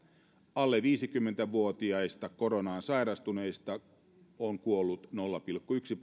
alle viisikymmentä vuotiaista koronaan sairastuneista on kuollut nolla pilkku yksi